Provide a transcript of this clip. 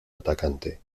atacante